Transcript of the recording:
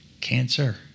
cancer